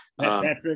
Patrick